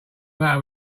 matter